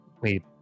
Wait